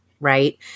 right